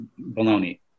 baloney